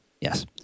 Yes